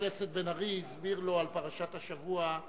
חבר הכנסת בן-ארי הסביר לו על פרשת השבוע,